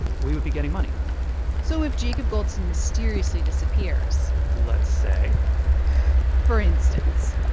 we would be getting money so if jacob goldstein mysteriously disappears let's say for instance.